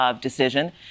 decision